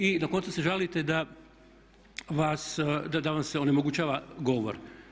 I na koncu se žalite da vam se onemogućava govor.